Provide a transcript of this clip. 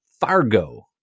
Fargo